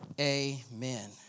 Amen